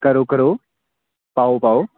ਕਰੋ ਕਰੋ ਪਾਓ ਪਾਓ